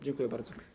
Dziękuję bardzo.